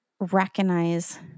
Recognize